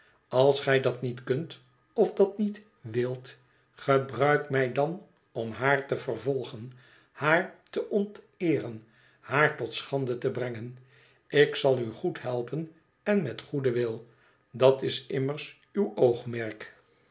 als gij dat niet kunt of dat niet wilt gebruik mij dan om haar te vervolgen haar te onteeren haar tot schande te brengen ik zal u goed helpen en met goeden wil dat is immers uw oogmerk